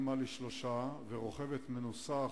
אמא לשלושה ורוכבת מנוסה,